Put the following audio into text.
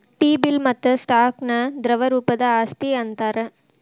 T bill ಮತ್ತ stock ನ ದ್ರವ ರೂಪದ್ ಆಸ್ತಿ ಅಂತಾರ್